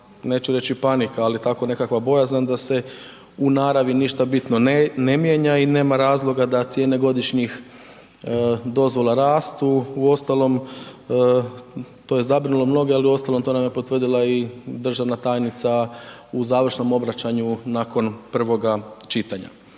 neću reći panika, ali tako nekakva bojazan da se u naravi ništa bitno ne mijenja i nema razloga da cijene godišnjih dozvola rastu. Uostalom, to je zabrinulo mnoge, ali uostalom, to nam je potvrdila i državna tajnica u završnom obraćanju nakon prvoga čitanja.